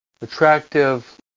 attractive